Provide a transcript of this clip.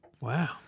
Wow